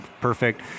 perfect